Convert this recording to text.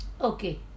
Okay